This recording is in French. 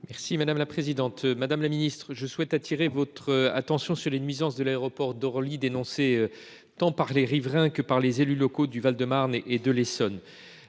chargé des transports. Madame la ministre, je souhaite attirer votre attention sur les nuisances occasionnées par l'aéroport d'Orly, dénoncées tant par les riverains que par les élus locaux du Val-de-Marne et de l'Essonne.